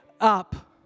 up